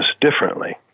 differently